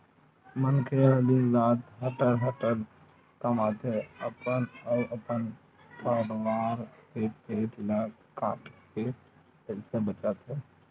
मनखे ह दिन रात हटर हटर कमाथे, अपन अउ अपन परवार के पेट ल काटके पइसा बचाथे